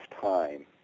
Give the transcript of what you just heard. time